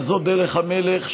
וזו דרך המלך,